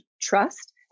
trust